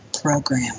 program